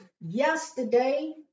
Yesterday